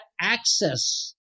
access